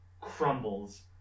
crumbles